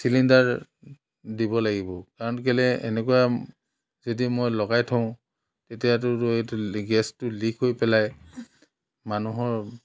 cylinder দিব লাগিব কাৰণ কেলৈ এনেকুৱা যদি মই লগাই থওঁ তেতিয়াতোতো এইটো গেছটো লিক হৈ পেলাই মানুহৰ